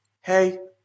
Hey